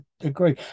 agree